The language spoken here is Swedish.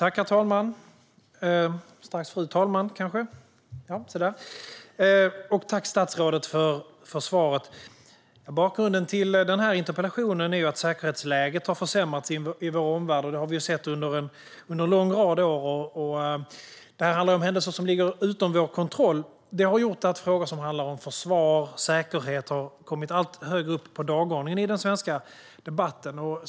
Herr talman! Tack, statsrådet, för svaret! Bakgrunden till den här interpellationen är att säkerhetsläget har försämrats i vår omvärld under en lång rad år. Det rör sig om händelser som ligger utom vår kontroll, och det har gjort att frågor om försvar och säkerhet har kommit allt högre upp på dagordningen i den svenska debatten.